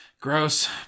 gross